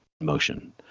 motion